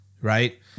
Right